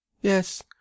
yes